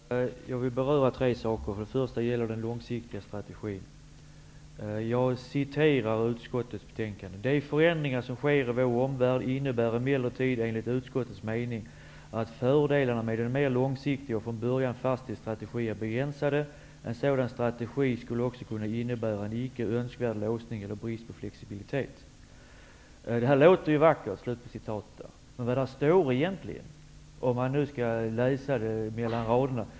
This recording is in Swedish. Fru talman! Jag vill beröra tre saker. Först och främst har vi den långsiktiga strategin. I utskottsbetänkandet framgår följande: ''De förändringar som sker i vår omvärld innebär emellertid enligt utskottets mening att fördelarna med en mer långsiktig och från början fastställd strategi är begränsade. En sådan strategi skulle också kunna innebära en icke önskvärd låsning eller brist på flexibilitet --.'' Det här låter ju vackert. Men vad står det egentligen mellan raderna?